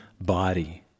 body